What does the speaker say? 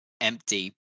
empty